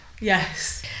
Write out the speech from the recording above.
Yes